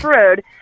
Road